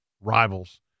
rivals